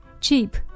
Cheap